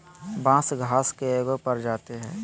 बांस घास के एगो प्रजाती हइ